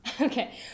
Okay